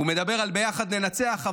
הוא מדבר על "ביחד ננצח",